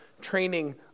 training